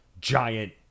giant